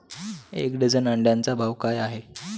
एक डझन अंड्यांचा भाव काय आहे?